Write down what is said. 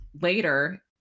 later